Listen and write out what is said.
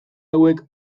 hauek